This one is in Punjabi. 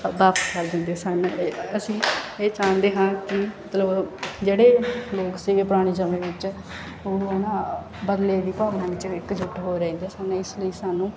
ਕਰ ਦਿੰਦੇ ਸਨ ਅਸੀਂ ਇਹ ਚਾਹੁੰਦੇ ਹਾਂ ਕੀ ਮਤਲਬ ਜਿਹੜੇ ਲੋਕ ਸੀਗੇ ਪੁਰਾਣੇ ਜਮਾਨੇ ਵਿਚ ਉਹ ਹਨਾ ਬਦਲੇ ਦੀ ਭਾਵਨਾ ਵਿਚ ਇੱਕਜੁਟ ਰਹਿੰਦੇ ਹੋਏ ਸਨ ਇਸ ਲਈ ਸਾਨੂੰ